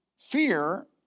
fear